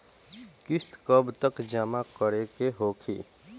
किस्त कब तक जमा करें के होखी?